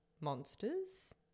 monsters